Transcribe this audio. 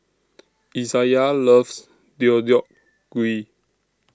Izayah loves Deodeok Gui